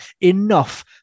enough